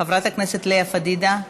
חברת הכנסת לאה פדידה,